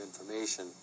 information